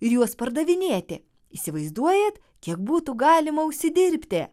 ir juos pardavinėti įsivaizduojat kiek būtų galima užsidirbti